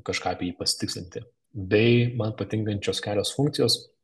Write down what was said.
kažką apie jį pasitikslinti bei man patinkančios kelios funkcijos